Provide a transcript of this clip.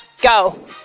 Go